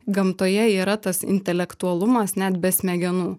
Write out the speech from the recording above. gamtoje yra tas intelektualumas net be smegenų